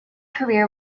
career